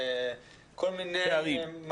אומר בזהירות,